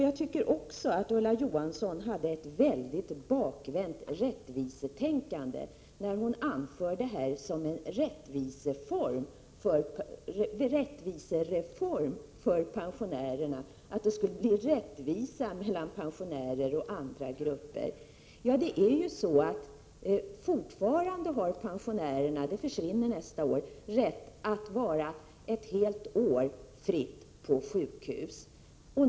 Jag tycker också att Ulla Johansson hade ett mycket bakvänt rättvisetänkande. Hon sade att det var en rättvisereform, det skulle bli rättvisa mellan pensionärer och andra grupper. Fortfarande har pensionärerna — det försvinner nästa år — rätt att vara ett helt år fritt på sjukhus.